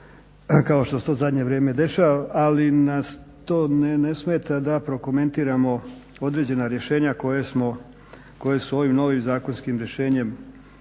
kao što se to i u zadnje vrijeme dešava, ali nas to ne smeta da prokomentiramo određena rješenja koja su ovim novim zakonskim rješenjem